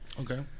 Okay